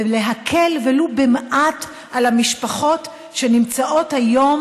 ולהקל ולו במעט על המשפחות שנמצאות היום